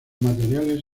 materiales